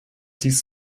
dies